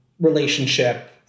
relationship